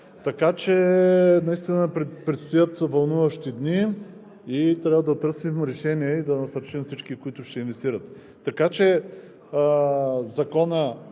Така че наистина предстоят вълнуващи дни и трябва да търсим решение и да насърчим всички, които ще инвестират. Мисля, че Законът